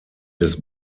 des